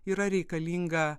yra reikalinga